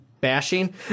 bashing